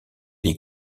est